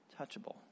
touchable